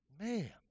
Man